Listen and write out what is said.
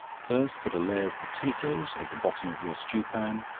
first put a layer of potatoes at the bottom of your stew-pan,